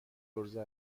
عرضه